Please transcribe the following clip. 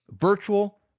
Virtual